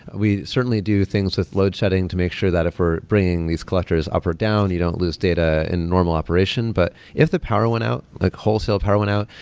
we certainly do things with load chatting to make sure that if we're bringing these collectors up or down, they don't lose data in normal operation but if the power out, like wholesale power went out,